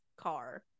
car